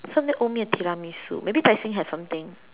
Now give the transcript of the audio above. somebody owe me a tiramisu maybe Tai-Seng has something